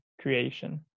creation